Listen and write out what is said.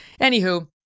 Anywho